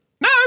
No